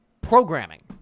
programming